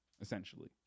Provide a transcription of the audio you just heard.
essentially